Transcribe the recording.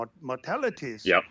mortalities